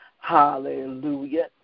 Hallelujah